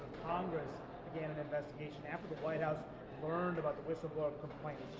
congress began an investigation, after the white house learned about the whistleblower complaint,